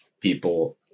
people